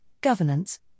governance